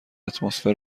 اتمسفر